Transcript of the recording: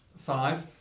Five